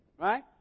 right